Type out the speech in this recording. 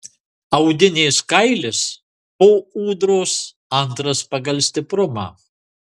audinės kailis po ūdros antras pagal stiprumą